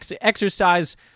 exercise